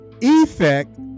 Effect